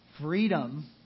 freedom